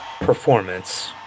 performance